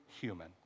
human